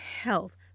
health